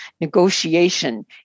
negotiation